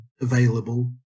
available